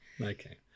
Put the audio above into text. Okay